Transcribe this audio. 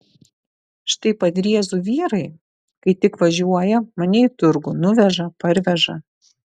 štai padriezų vyrai kai tik važiuoja mane į turgų nuveža parveža